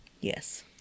Yes